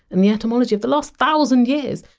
and the etymology of the last thousand years.